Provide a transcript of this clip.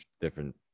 different